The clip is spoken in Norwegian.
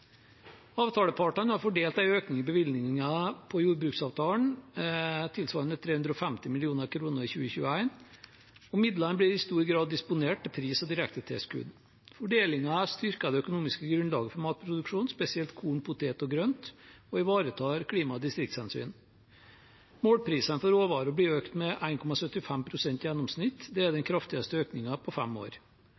Avtalepartene har fordelt de økte bevilgningene i jordbruksavtalen tilsvarende 350 mill. kr i 2021, og midlene blir i stor grad disponert til pris- og direktetilskudd. Fordelingen har styrket det økonomiske grunnlaget for matproduksjon, spesielt korn, poteter og grønt, og ivaretar klima- og distriktshensyn. Målprisene for råvarer blir økt med 1,75 pst. i gjennomsnitt. Det er den